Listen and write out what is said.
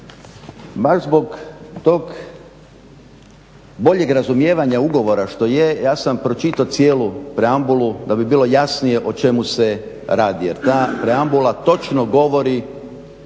baš zbog tog boljeg razumijevanja ugovora što je, ja sam pročitao cijelu preambulu da bi bilo jasnije o čemu se radi jer ta preambula točno govori